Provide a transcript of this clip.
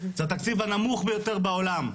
זה התקציב הנמוך ביותר בעולם.